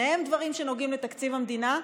שניהם דברים שנוגעים לתקציב המדינה.